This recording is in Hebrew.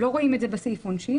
זה קצת מורכב,